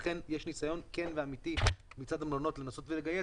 לכן יש ניסיון כן ואמיתי מצד המלונות לנסות ולגייס.